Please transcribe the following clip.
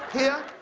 here,